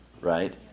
Right